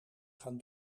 gaan